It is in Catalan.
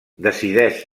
decideix